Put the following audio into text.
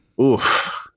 Oof